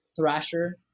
thrasher